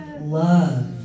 love